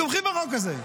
והם תומכים בחוק הזה.